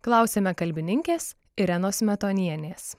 klausiame kalbininkės irenos smetonienės